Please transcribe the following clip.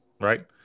right